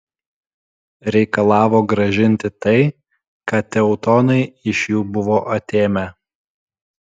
reikalavo grąžinti tai ką teutonai iš jų buvo atėmę